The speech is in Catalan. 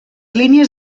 línies